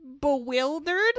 bewildered